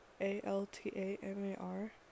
A-L-T-A-M-A-R